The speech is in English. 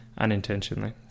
Unintentionally